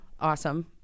awesome